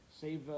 save